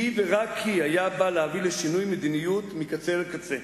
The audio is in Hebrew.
היא ורק היא היה בה להביא לשינוי מדיניות מקצה אל הקצה.